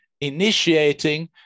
initiating